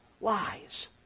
Lies